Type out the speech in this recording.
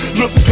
Look